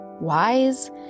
wise